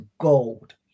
gold